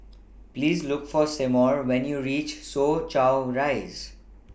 Please Look For Seymour when YOU REACH Soo Chow Rise